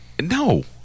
No